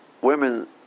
women